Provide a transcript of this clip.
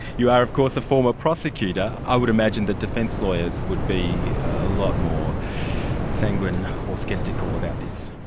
you are of course a former prosecutor. i would imagine that defence lawyers would be a lot more sanguine or sceptical about this.